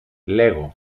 λέγω